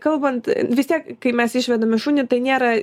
ir kalbant vis tiek kai mes išvedame šunį tai nėra